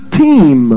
team